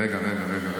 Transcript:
רגע, רגע.